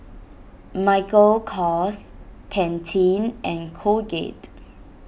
Michael Kors Pantene and Colgate